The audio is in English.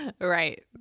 right